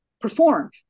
perform